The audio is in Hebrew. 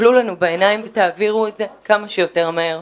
שתסתכלו לנו בעיניים ותעבירו את זה כמה שיותר מהר.